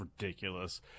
ridiculous